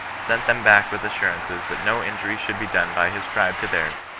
sent them back with assurances that no injury should be done by his tribe to theirs,